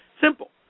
Simple